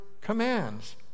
commands